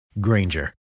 Granger